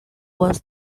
was